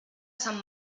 sant